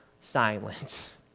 silence